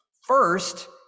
First